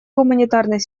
гуманитарной